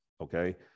okay